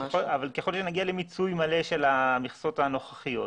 אבל ככל שנגיע למיצוי מלא של המכסות הנוכחיות,